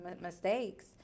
mistakes